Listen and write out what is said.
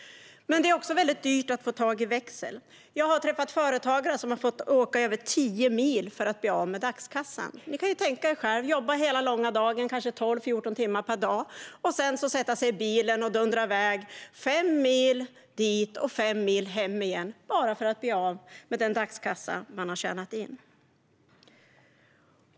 Men det är också väldigt dyrt att få tag i växel. Jag har träffat företagare som har fått åka över tio mil för att bli av med dagskassan. Ni kan tänka er själva hur det är att jobba hela långa dagen, kanske 12-14 timmar per dag, och sedan sätta sig i bilen och dundra iväg fem mil dit och fem mil hem igen bara för att bli av med den dagskassa man tjänat in.